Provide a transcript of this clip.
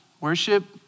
Worship